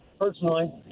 personally